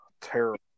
Terrible